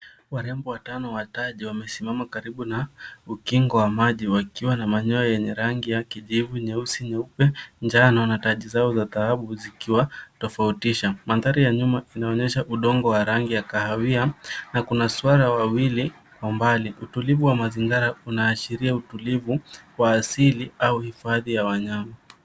Warembo watano wa taji wamesimama karibu na ukingo wa maji wakiwa na manyoya yenye rangi ya kijivu, nyeusi, nyeupe, njano na taji zao za dhahabu zikiwatofautisha. Mandhari ya nyuma inaonyesha udongo wa rangi ya kahawia na kuna swara wawili kwa mbali. Utulivu wa mazingira unaashiria utulivu wa asili au hifadhi ya wanyama.